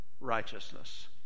righteousness